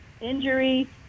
injury